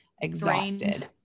exhausted